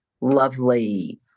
lovely